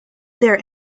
their